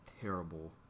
terrible